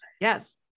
Yes